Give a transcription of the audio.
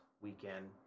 weekend